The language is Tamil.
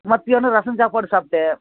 மத்தியானம் ரசம் சாப்பாடு சாப்பிட்டேன்